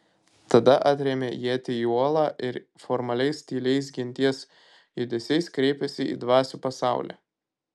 tada atrėmė ietį į uolą ir formaliais tyliais genties judesiais kreipėsi į dvasių pasaulį